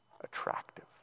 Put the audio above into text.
attractive